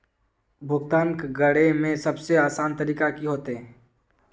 भुगतान करे में सबसे आसान तरीका की होते?